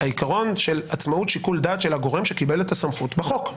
העיקרון של עצמאות שיקול דעת של הגורם שקיבל את הסמכות בחוק.